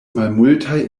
malmultaj